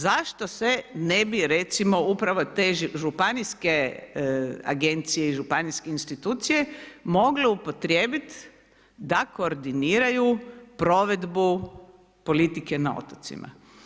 Zašto se ne bi recimo, upravo te županijske agencije i županijske institucije, mogle upotrebiti da koordiniraju provedbu politike na otocima.